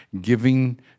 giving